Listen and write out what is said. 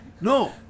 No